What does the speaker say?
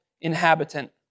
inhabitant